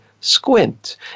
squint